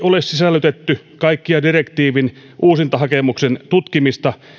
ole sisällytetty kaikkia direktiivin uusintahakemuksen tutkimista